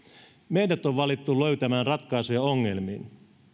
meidät on valittu löytämään ratkaisuja ongelmiin